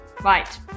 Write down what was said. Right